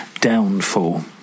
Downfall